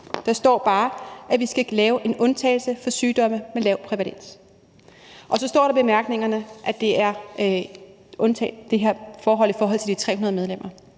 der står bare, at vi skal lave en undtagelse for sygdomme med lav prævalens. Og så står der i bemærkningerne, at der kan dispenseres fra